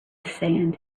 sand